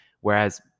whereas